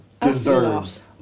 deserves